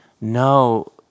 no